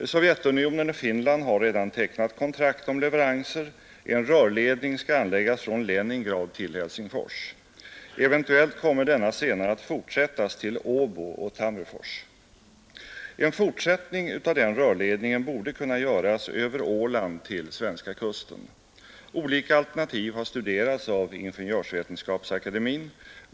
Sovjetunionen och Finland har redan tecknat kontrakt om leveranser. En rörledning skall anläggas från Leningrad till Helsingfors. Eventuellt kommer denna senare att fortsättas till Åbo och Tammerfors. En fortsättning av denna rörledning borde kunna göras över Åland till svenska kusten. Olika alternativ har studerats av Ingenjörsvetenskapsakademien.